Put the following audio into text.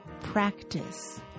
Practice